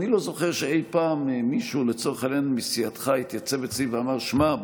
אני לא זוכר שאי-פעם מישהו מסיעתך התייצב אצלי ואמר: שמע,